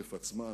מתוקף עצמה,